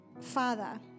father